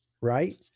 right